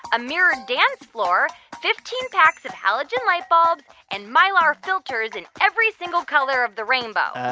a mirror dance floor, fifteen packs of halogen light bulbs and mylar filters in every single color of the rainbow. oh,